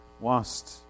whilst